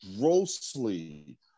grossly